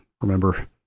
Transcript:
remember